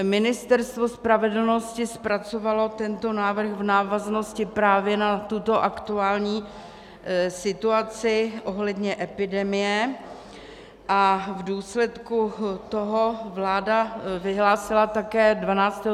Ministerstvo spravedlnosti zpracovalo tento návrh v návaznosti právě na tuto aktuální situaci ohledně epidemie a v důsledku toho vláda vyhlásila také 12.